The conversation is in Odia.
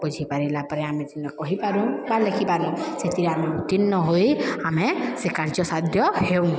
ବୁଝିପାରିଲା ପରେ ଆମେ ଦିନେ କହିପାରୁ ବା ଲେଖିପାରୁ ସେଥିରେ ଆମେ ଉତ୍ତୀର୍ଣ୍ଣ ହୋଇ ଆମେ ସେ କାର୍ଯ୍ୟସାଧ୍ୟ ହେଉଁ